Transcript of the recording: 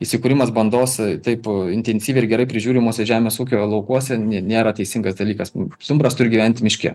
įsikūrimas bandos taip intensyviai ir gerai prižiūrimuose žemės ūkio laukuose ne nėra teisingas dalykas stumbras turi gyventi miške